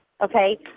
Okay